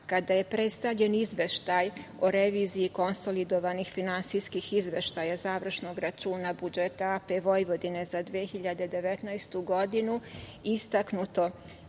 kada je predstavljen izveštaj o reviziji konsolidovanih finansijskih izveštaja završnog računa budžeta AP Vojvodine za 2019. godinu istaknuto